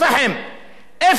איפה אין עוני?